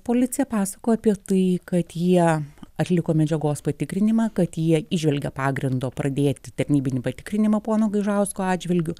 policija pasakojo apie tai kad jie atliko medžiagos patikrinimą kad jie įžvelgia pagrindo pradėti tarnybinį patikrinimą pono gaižausko atžvilgiu